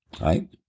right